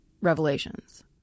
revelations